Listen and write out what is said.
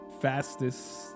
fastest